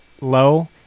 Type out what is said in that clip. low